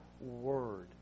word